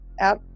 out